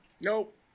Nope